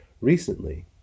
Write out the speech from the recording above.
recently